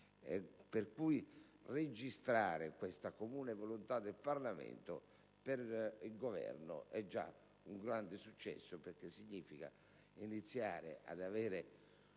Governo, registrare questa comune volontà del Parlamento è già un grande successo, perché significa iniziare ad avere